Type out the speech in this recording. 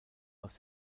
aus